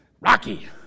Rocky